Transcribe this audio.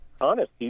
honest